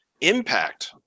impact